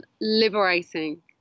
liberating